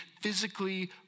physically